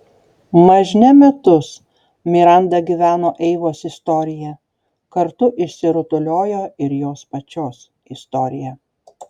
mažne metus miranda gyveno eivos istorija kartu išsirutuliojo ir jos pačios istorija